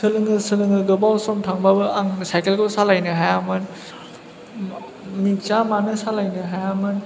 सोलोङो सोलोङो गोबाव सम थांबाबो आं साइकेल खौ सालायनो हायामोन मिथिया मानो सालायनो हायामोन